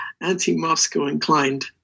anti-Moscow-inclined